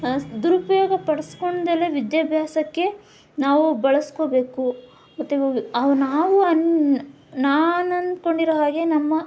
ದುರುಪಯೋಗ ಪಡ್ಸ್ಕೋಳ್ದೇಲೆ ವಿದ್ಯಾಭ್ಯಾಸಕ್ಕೆ ನಾವು ಬಳಸ್ಕೊಬೇಕು ಮತ್ತು ಅವು ನಾವು ಅನ್ನ ನಾನು ಅನ್ಕೊಂಡಿರೋ ಹಾಗೆ ನಮ್ಮ